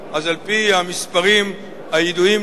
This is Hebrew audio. אז על-פי המספרים הידועים לי,